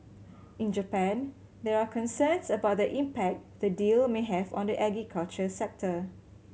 in Japan there are concerns about the impact the deal may have on the agriculture sector